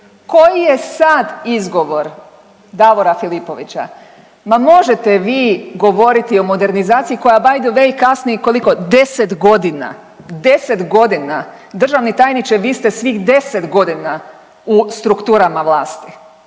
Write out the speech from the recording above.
Koji je sad izgovor Davora Filipovića? Ma možete vi govoriti o modernizaciji koja by the way kasni koliko? 10 godina. Državni tajniče vi ste svih 10 godina u strukturama vlasti